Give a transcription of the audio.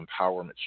empowerment